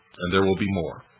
and there will be more.